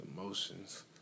emotions